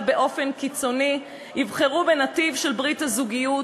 באופן קיצוני יבחרו בנתיב של ברית הזוגיות,